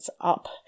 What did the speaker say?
up